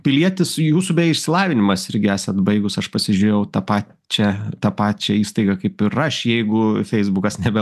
pilietis jūsų beje išsilavinimas irgi esat baigus aš pasižiūrėjau tą pačią tą pačią įstaigą kaip ir aš jeigu feisbukas nebe